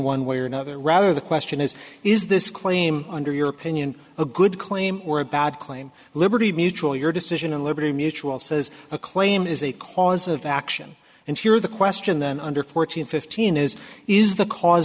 one way or another rather the question is is this claim under your opinion a good claim or a bad claim liberty mutual your decision and liberty mutual says a claim is a cause of action and here the question then under fourteen fifteen is is the cause